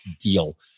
deal